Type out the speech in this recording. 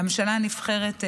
והממשלה הנבחרת,